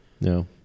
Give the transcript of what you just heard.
No